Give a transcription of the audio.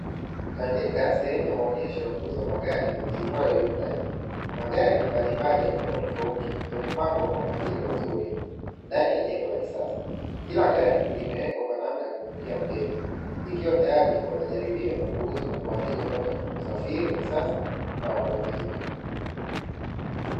Katika sehemu ya maonyesho ya kuuza magari iitwayo "Hyundai", magari mbalimbali ya miundo tofauti yamepangwa kwa mpangilio mzuri ndani ya jengo la kisasa. Kila gari limewekwa kwa namna ya kumvutia mteja, ikiwa tayari kwa majaribio na kuuzwa kwa wateja wanaotafuta usafiri wa kisasa na wa kuaminika.